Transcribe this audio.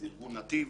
שזה ארגון "נתיב",